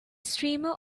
streamer